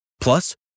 Plus